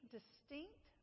distinct